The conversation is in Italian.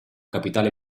capitale